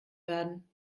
werden